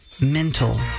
Mental